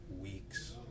weeks